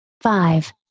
five